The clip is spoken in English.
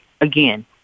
Again